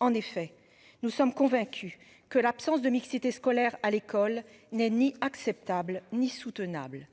En effet, nous sommes convaincus que l'absence de mixité scolaire à l'école n'est ni acceptable ni soutenable